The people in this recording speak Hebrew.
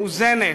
מאוזנת,